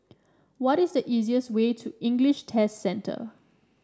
what is the easiest way to English Test Centre